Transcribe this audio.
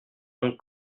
mon